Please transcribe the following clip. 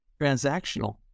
transactional